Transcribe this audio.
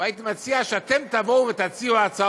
הייתי מציע שאתם תציעו הצעות